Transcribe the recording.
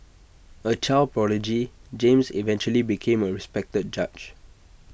A child prodigy James eventually became A respected judge